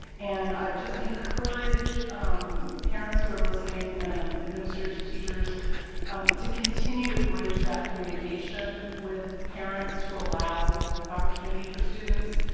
and i just encourage parents who are listening and administrators and teachers to continue to bridge that communication with parents to allow the opportunity for students.